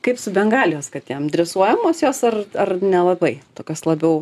kaip su bengalijos katėm dresuojamos jos ar ar nelabai tokios labiau